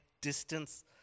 distance